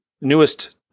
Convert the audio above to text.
newest